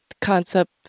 concept